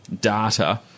Data